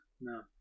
No